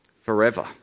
forever